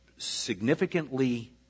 significantly